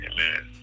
Amen